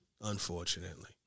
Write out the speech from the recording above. unfortunately